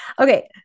Okay